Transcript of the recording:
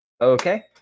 Okay